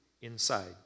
Inside